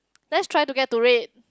let's try to get to read